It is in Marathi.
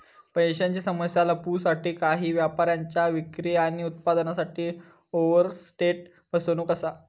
पैशांची समस्या लपवूसाठी काही व्यापाऱ्यांच्या विक्री आणि उत्पन्नासाठी ओवरस्टेट फसवणूक असा